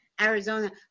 Arizona